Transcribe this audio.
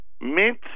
mint